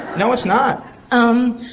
no it's not. um,